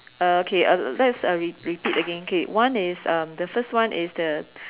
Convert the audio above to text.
uh okay uh let's re~ repeat again K one is um the first one is the